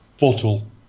Bottle